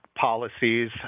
policies